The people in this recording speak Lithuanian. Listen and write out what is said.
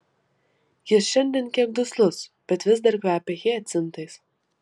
jis šiandien kiek duslus bet vis dar kvepia hiacintais